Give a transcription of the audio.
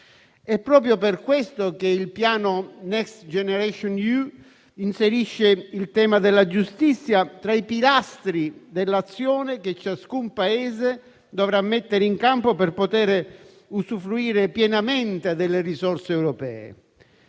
È proprio per questo che il piano Next generation EU inserisce il tema della giustizia tra i pilastri dell'azione che ciascun Paese dovrà mettere in campo per poter usufruire pienamente delle risorse europee.